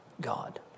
God